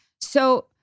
so-